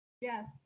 Yes